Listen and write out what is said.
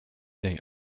they